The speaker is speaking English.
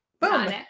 boom